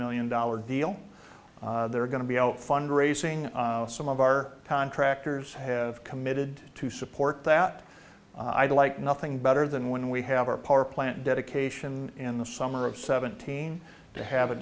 million dollar deal they're going to be out fundraising some of our contractors have committed to support that i'd like nothing better than when we have our power plant dedication in the summer of seventeen to have a